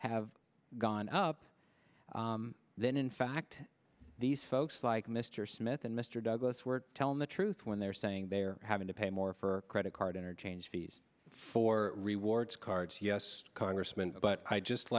have gone up then in fact these folks like mr smith and mr douglas were telling the truth when they're saying they're having to pay more for credit card interchange fees for rewards cards yes congressman but i just